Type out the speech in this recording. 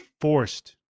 forced